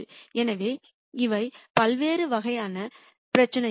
எனவே இவை பல்வேறு வகையான பிரச்சினைகள்